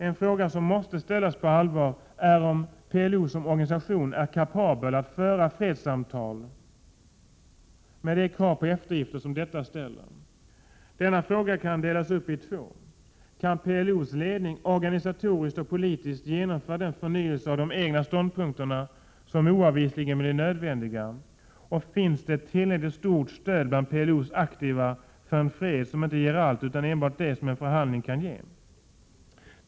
En fråga som måste ställas på allvar är om PLO som organisation är kapabel att föra fredssamtal med de krav på eftergifter som detta ställer. Denna fråga kan delas upp i två: Kan PLO:s ledning organisatoriskt och politiskt genomföra den förnyelse av de egna ståndpunkterna som oavvisligen blir nödvändig? Och finns det ett tillräckligt stort stöd bland PLO:s aktiva för en fred som inte ger allt utan enbart det som en förhandling kan ge?